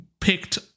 picked